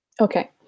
Okay